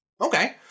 Okay